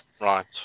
right